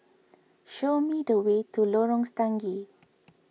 show me the way to Lorong Stangee